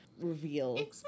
reveal